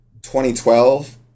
2012